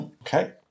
Okay